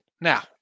Now